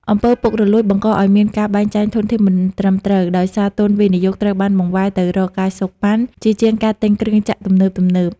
អំពើពុករលួយ បង្កឱ្យមានការបែងចែកធនធានមិនត្រឹមត្រូវ ដោយសារទុនវិនិយោគត្រូវបានបង្វែរទៅរកការសូកប៉ាន់ ជាជាងការទិញគ្រឿងចក្រទំនើបៗ។